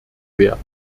wert